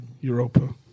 Europa